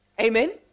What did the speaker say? Amen